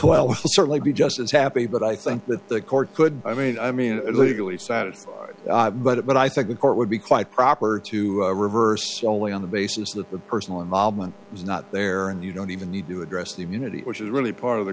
we'll certainly be just as happy but i think that the court could i mean i mean it legally satisfy but i think the court would be quite proper to reverse only on the basis that the personal involvement is not there and you don't even need to address the immunity which is really part of the